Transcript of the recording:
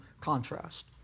contrast